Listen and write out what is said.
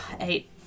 Eight